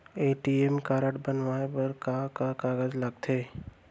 ATM card बनवाये बर का का कागज लगथे?